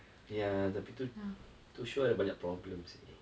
ya tapi tu tu show ada banyak problem seh